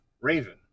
raven